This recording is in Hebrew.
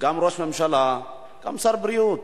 גם ראש ממשלה, גם שר בריאות.